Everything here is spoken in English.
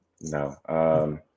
no